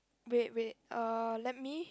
wait wait uh let me